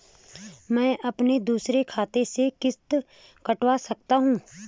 मैं अपने दूसरे खाते से किश्त कटवा सकता हूँ?